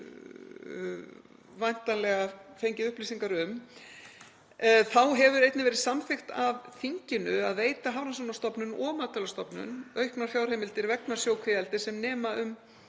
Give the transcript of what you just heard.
væntanlega fengið upplýsingar um. Þá hefur einnig verið samþykkt af þinginu að veita Hafrannsóknastofnun og Matvælastofnun auknar fjárheimildir vegna sjókvíaeldis sem nema um